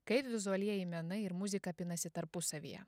kaip vizualieji menai ir muzika pinasi tarpusavyje